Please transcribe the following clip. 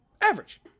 Average